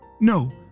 No